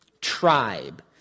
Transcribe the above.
tribe